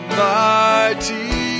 mighty